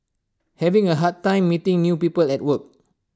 having A hard time meeting new people at work